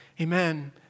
Amen